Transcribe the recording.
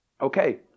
Okay